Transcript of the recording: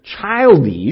childish